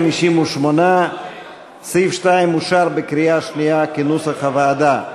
58. סעיף 2 אושר בקריאה שנייה כנוסח הוועדה.